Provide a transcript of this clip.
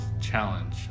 challenge